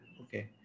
okay